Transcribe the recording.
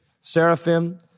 seraphim